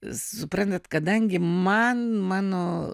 suprantat kadangi man mano